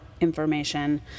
information